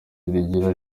rigira